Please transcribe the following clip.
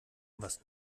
was